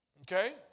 Okay